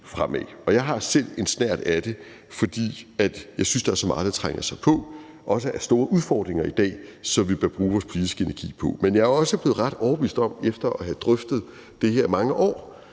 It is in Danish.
fremad? Jeg har selv en snert af det, fordi jeg synes, at der er så meget, der trænger sig på, også af store udfordringer i dag, som vi bør bruge vores politiske energi på. Men efter at have drøftet det her i mange år,